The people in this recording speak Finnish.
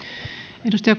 arvoisa